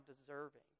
deserving